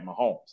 Mahomes